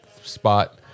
spot